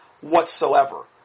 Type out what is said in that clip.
whatsoever